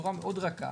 בצורה מאוד רכה,